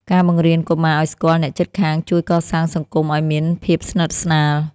ការបង្រៀនកុមារឲ្យស្គាល់អ្នកជិតខាងជួយកសាងសង្គមឲ្យមានភាពស្និទ្ធស្នាល។